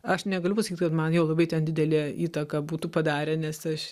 aš negaliu pasakyt kad man jau labai didelę įtaką būtų padarę nes aš